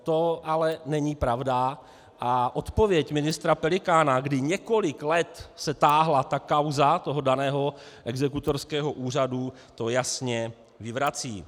To ale není pravda a odpověď ministra Pelikána, kdy několik let se táhla kauza toho daného exekutorského úřadu, to jasně vyvrací.